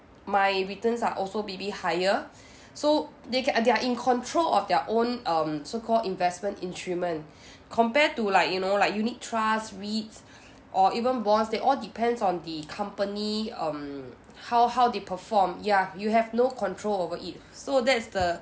my returns are also maybe higher so they can they're in control of their own um so called investment instrument compare to like you know like unit trust REITs or even bonds they all depends on the company um how how they perform ya you have no control over it so that's the